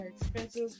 expensive